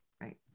right